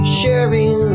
sharing